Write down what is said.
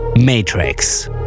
Matrix